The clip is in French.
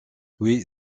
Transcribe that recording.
oui